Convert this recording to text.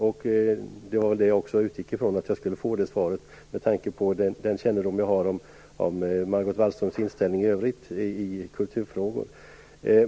Jag utgick nog också från att jag skulle få det svaret med tanke på min kännedom om Margot Wallströms inställning i övrigt i kulturfrågor.